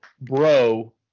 bro